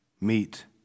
meet